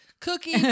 Cookie